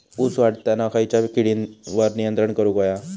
ऊस वाढताना खयच्या किडींवर नियंत्रण करुक व्हया?